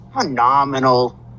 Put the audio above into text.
phenomenal